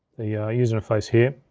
user interface here.